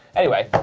anyway,